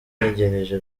ntegereje